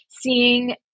seeing